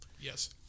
Yes